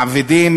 מעבידים,